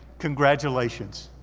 congratulations,